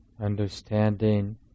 Understanding